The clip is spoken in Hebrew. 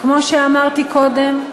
כמו שאמרתי קודם,